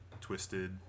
twisted